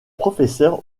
professeur